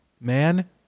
man